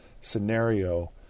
scenario